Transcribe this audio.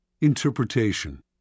Interpretation